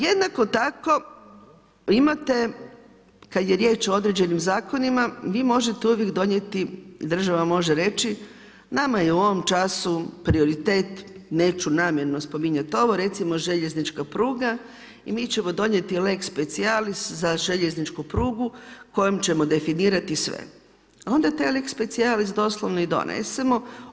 Jednako tako imate kada je riječ o određenim zakonima vi možete uvijek donijeti, država može reći, nama je u ovom času prioritet neću namjerno spominjati ovo, recimo željeznička pruga i mi ćemo donijeti lex specialis za željezničku prugu kojom ćemo definirati sve, onda taj lex spcialis doslovno i donesemo.